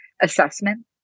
assessment